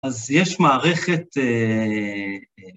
‫אז יש מערכת...